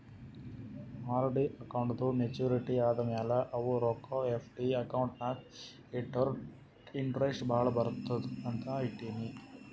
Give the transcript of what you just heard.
RD ಅಕೌಂಟ್ದೂ maturity ಆದಮ್ಯಾಲ ಅವು ರೊಕ್ಕಾ ಎಫ್.ಡಿ ಅಕೌಂಟ್ ನಾಗ್ ಇಟ್ಟುರ ಇಂಟ್ರೆಸ್ಟ್ ಭಾಳ ಬರ್ತುದ ಅಂತ್ ಇಟ್ಟೀನಿ